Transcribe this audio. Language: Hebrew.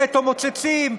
נטו מוצצים.